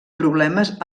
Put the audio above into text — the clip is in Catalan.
problemes